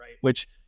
Which-